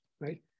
right